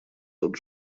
тот